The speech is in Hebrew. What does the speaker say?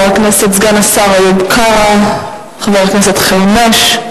סגן השר איוב קרא וחבר הכנסת חרמש.